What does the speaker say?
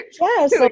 Yes